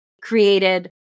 created